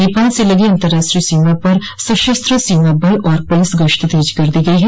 नेपाल से लगी अतंर्राष्ट्रीय सीमा पर सशस्त्र सीमा बल और पुलिस गश्त तेज कर दी गई है